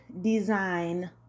design